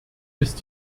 ist